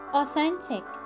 authentic